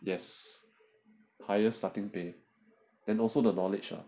yes higher starting pay and also the knowledge ah